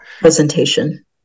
presentation